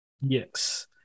Yes